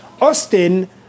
Austin